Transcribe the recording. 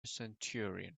centurion